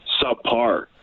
subpar